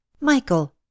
Michael